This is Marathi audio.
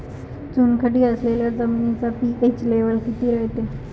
चुनखडी असलेल्या जमिनीचा पी.एच लेव्हल किती रायते?